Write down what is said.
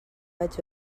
vaig